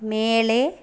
மேலே